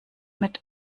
mit